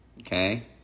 Okay